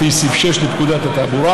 לפי סעיף 6 לפקודת התעבורה,